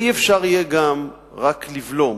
לא יהיה אפשר גם רק לבלום.